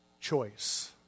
choice